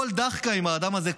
כל דחקה עם האדם הזה,